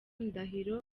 ndahiro